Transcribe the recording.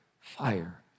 fire